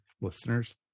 listeners